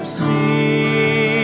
see